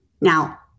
Now